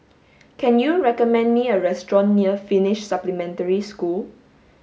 can you recommend me a restaurant near Finnish Supplementary School